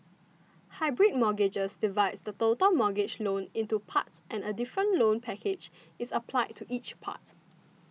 hybrid mortgages divides the total mortgage loan into parts and a different loan package is applied to each part